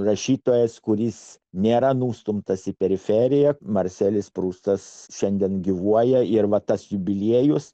rašytojas kuris nėra nustumtas į periferiją marselis prustas šiandien gyvuoja ir va tas jubiliejus